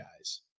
guys